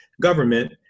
government